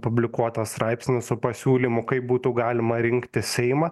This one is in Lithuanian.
publikuotą straipsnį su pasiūlymu kaip būtų galima rinkti seimą